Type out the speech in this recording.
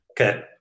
Okay